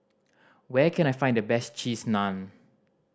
where can I find the best Cheese Naan